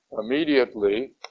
immediately